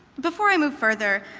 before i move further,